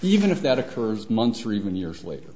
even if that occurs months or even years later